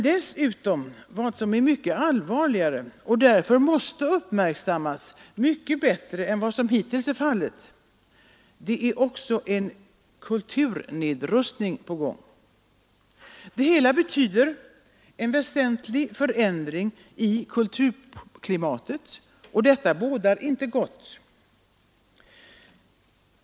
Men vad som är mycket allvarligare och därför måste uppmärksammas mycket bättre än hittills är att en kulturnedrustning är på gång. Det hela betyder en väsentlig förändring i kulturklimatet, och detta bådar inte gott.